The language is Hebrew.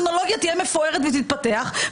את רוצה שהטכנולוגיה תהיה מפוארת ותתפתח,